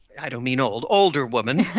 i don't mean old, older woman.